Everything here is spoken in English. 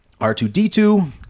R2-D2